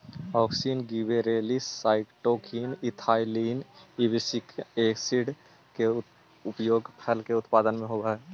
auxin, gibberellins, cytokinin, ethylene, abscisic acid के उपयोग फल के उत्पादन में होवऽ हई